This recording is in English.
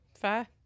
fair